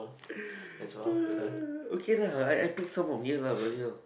okay lah I pick some from here lah but ya